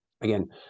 again